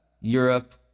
Europe